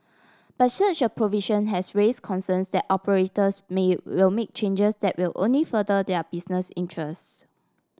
but such a provision has raise concerns that operators may will make changes that will only further their business interests